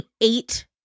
eight